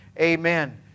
Amen